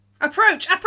Approach